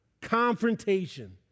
confrontation